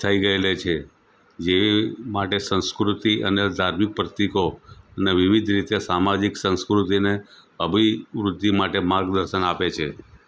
થઈ ગયેલી છે જેવી માટે સંસ્કૃતિ અને ધાર્મિક પ્રતીકો ને વિવિધ રીતે સામાજિક સંસ્કૃતિને અભિવૃદ્ધિ માટે માર્ગદર્શન આપે છે